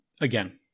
again